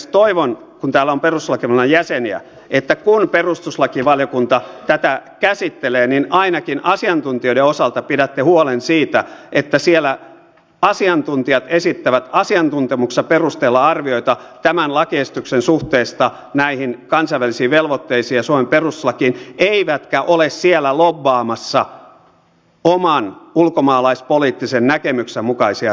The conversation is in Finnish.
toivon kun täällä on perustuslakivaliokunnan jäseniä että kun perustuslakivaliokunta tätä käsittelee niin ainakin asiantuntijoiden osalta pidätte huolen siitä että siellä asiantuntijat esittävät asiantuntemuksensa perusteella arvioita tämän lakiesityksen suhteesta näihin kansainvälisiin velvoitteisiin ja suomen perustuslakiin eivätkä ole siellä lobbaamassa oman ulkomaalaispoliittisen näkemyksensä mukaisia